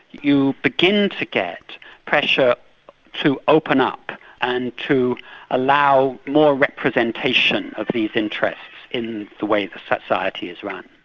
you begin to get pressure to open up and to allow more representation of these interests in the way society is run.